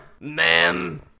Ma'am